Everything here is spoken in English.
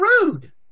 rude